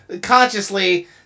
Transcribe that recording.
consciously